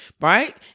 right